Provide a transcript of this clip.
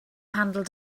handled